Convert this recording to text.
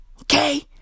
Okay